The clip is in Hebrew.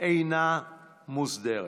אינה מוסדרת.